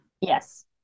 Yes